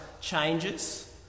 changes